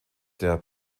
der